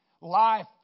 life